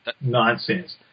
nonsense